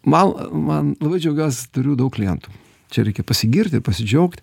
man man labai džiaugiuos turiu daug klientų čia reikia pasigirti pasidžiaugt